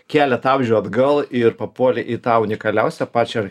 keletą amžių atgal ir papuolė į tą unikaliausią pačią ar